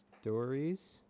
Stories